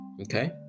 Okay